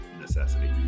necessity